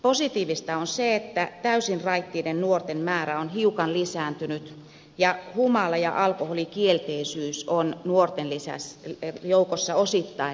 positiivista on se että täysin raittiiden nuorten määrä on hiukan lisääntynyt ja humala ja alkoholikielteisyys on nuorten joukossa osittain lisääntynyt